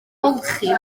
golchi